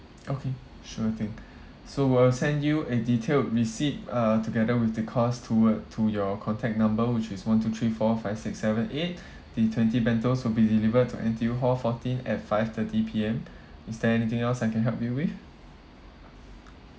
okay sure thing so we'll send you a detailed receipt uh together with the cost toward to your contact number which is one two three four five six seven eight the twenty bentos will be delivered to N_T_U hall fourteen at five thirty P_M is there anything else I can help you with